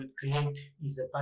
ah create is the